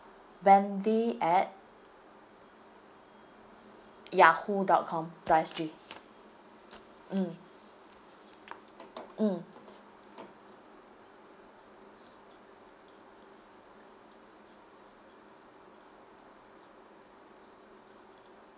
wendy at yahoo dot com dot S G mm mm